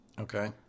Okay